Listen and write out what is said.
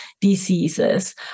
diseases